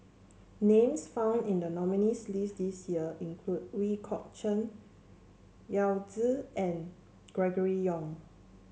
names found in the nominees' list this year include Ooi Kok Chuen Yao Zi and Gregory Yong